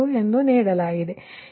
778 ಎಂದು ನೀಡಲಾಗಿದೆ